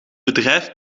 bedrijf